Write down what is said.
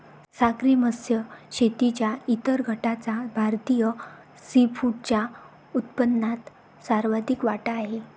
सागरी मत्स्य शेतीच्या इतर गटाचा भारतीय सीफूडच्या उत्पन्नात सर्वाधिक वाटा आहे